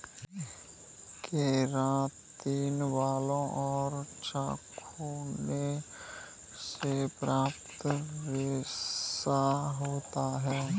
keratin बालों और नाखूनों से प्राप्त रेशा होता है